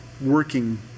working